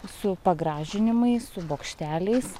su pagražinimais su bokšteliais